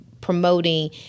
promoting